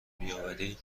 بیاوری